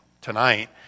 tonight